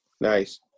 Nice